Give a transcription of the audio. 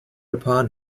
upon